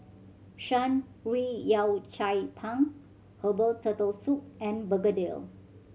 Shan Rui Yao Cai Tang herbal Turtle Soup and begedil